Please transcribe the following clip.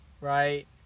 right